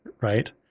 right